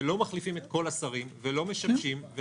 ולא מחליפים את כל השרים ולא משבשים.